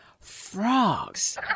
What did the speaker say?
Frogs